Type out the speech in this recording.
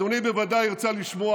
אדוני בוודאי ירצה לשמוע,